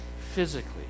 physically